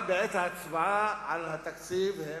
אבל בעת הצבעה על התקציב הם